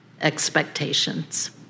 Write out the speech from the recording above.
expectations